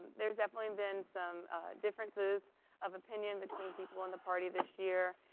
there's definitely been some differences of opinion between people in the party this year.